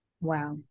wow